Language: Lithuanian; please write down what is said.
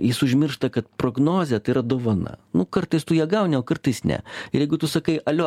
jis užmiršta kad prognoze tai yra dovana nu kartais tu ją gauni o kartais ne ir jeigu tu sakai alio